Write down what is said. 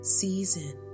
season